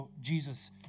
Jesus